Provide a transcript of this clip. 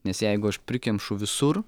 nes jeigu aš prikemšu visur